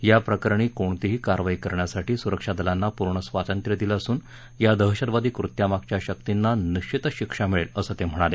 याप्रकरणी कोणतीही कारवाई करण्यासाठी सुरक्षा दलांना पूर्ण स्वातंत्र्य दिलं असून या दहशतवादी कृत्यामागच्या शर्क्तींना निश्वितच शिक्षा मिळेल असं ते म्हणाले